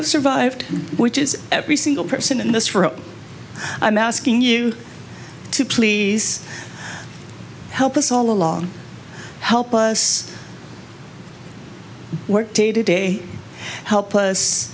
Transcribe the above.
have survived which is every single person in this room i'm asking you to please help us all along help us work day to day helpless